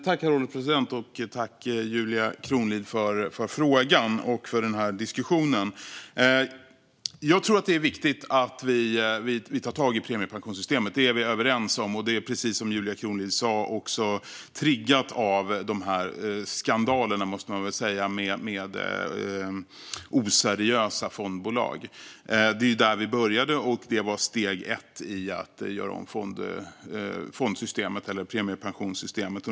Herr ålderspresident! Tack, Julia Kronlid, för frågan och för diskussionen! Jag tror att det är viktigt att vi tar tag i premiepensionssystemet; det är vi överens om. Det är, precis som Julia Kronlid sa, också triggat av skandalerna - det måste man väl ändå kalla dem - med oseriösa fondbolag. Det var där vi började, och det var steg ett i att göra om fondsystemet eller premiepensionssystemet.